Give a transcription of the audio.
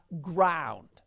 ground